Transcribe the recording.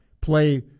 play